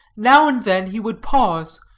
now and then he would pause,